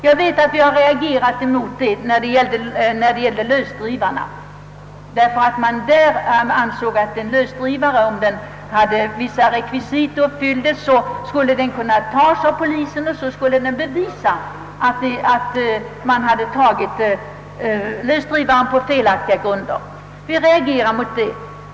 Jag vet att jag har reagerat emot detta när det gällt lösdrivare, d.v.s. att en lösdrivare skulle kunna tas av polisen om vissa villkor uppfylldes, och så skulle vederbörande själv bevisa att ingripandet hade skett på felaktiga grunder.